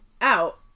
out